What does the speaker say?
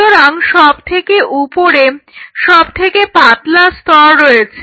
সুতরাং সবথেকে উপরে সব থেকে পাতলা স্তর রয়েছে